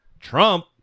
Trump